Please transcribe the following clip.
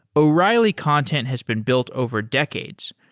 o'reilly content has been built over decades.